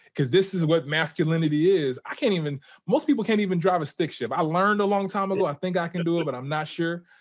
cause this is what masculinity is. i can't even most people can't even drive a stick shift. i learned a long time ago, i think i can do it, but i'm not sure.